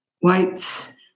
White's